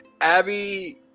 Abby